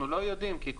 אנחנו לא יודעים כי,